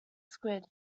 squid